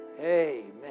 Amen